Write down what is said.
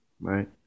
right